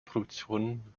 produktionen